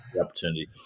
opportunity